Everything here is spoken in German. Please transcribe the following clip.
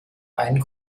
einen